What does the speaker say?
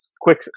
quick